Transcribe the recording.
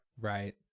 Right